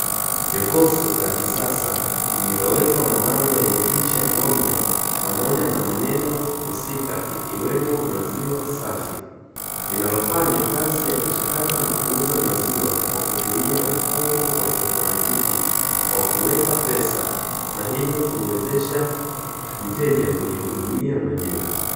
Jokofu la kisasa lililowekwa mabango yenye picha ya ng'ombe pamoja na maneno husika, ikiwemo maziwa safi, linalofanyafa kazi yakuchakata na kuuza maziwa kwakutumia mfumo wa kioutomatiki ikiweka pesa, na hivyo kumuwezesha mteja kujihudumia mwenyewe.